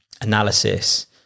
analysis